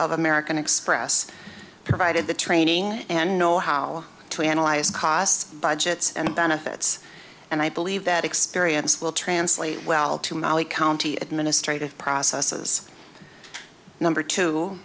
of american express provided the training and know how to analyze costs budgets and benefits and i believe that experience will translate well to molly county administrative processes number two